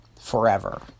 forever